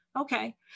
Okay